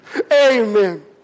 Amen